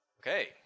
Okay